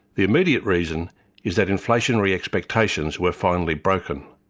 the immediate reason is that inflationary expectations were finally broken.